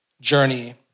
journey